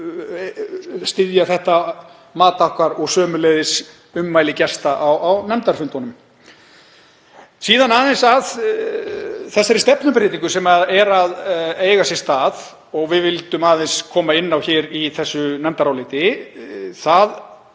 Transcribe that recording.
þetta styðja þetta mat okkar og sömuleiðis ummæli gesta á nefndarfundunum. Síðan að þeirri stefnubreytingu sem er að eiga sér stað og við vildum aðeins koma inn á í þessu nefndaráliti. Það